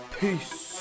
Peace